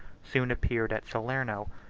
soon appeared at salerno,